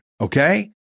okay